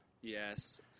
Yes